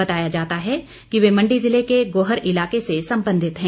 बताया जाता है कि वे मंडी जिले के गोहर इलाके से संबंधित हैं